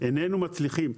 איננו מצליחים.